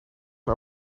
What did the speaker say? een